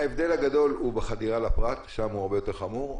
ההבדל הגדול הוא בחדירה לפרט ששם הוא הרבה יותר חמור.